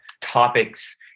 topics